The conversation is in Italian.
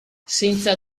senza